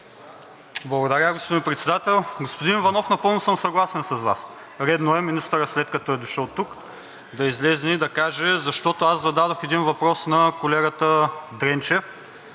Благодаря, господин Председател. Господин Иванов, напълно съм съгласен с Вас. Редно е министърът, след като е дошъл тук, да излезе и да каже, защото аз зададох един въпрос на колегата Дренчев.